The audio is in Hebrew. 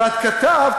ואת כתבת,